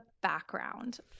background